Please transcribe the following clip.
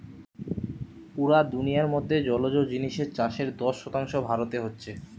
পুরা দুনিয়ার মধ্যে জলজ জিনিসের চাষের দশ শতাংশ ভারতে হচ্ছে